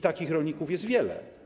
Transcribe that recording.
Takich rolników jest wielu.